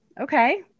okay